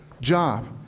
job